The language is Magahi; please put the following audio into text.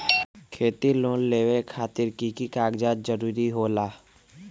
खेती लोन लेबे खातिर की की कागजात के जरूरत होला?